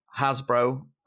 hasbro